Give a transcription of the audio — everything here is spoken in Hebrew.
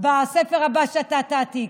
שאתה תעתיק,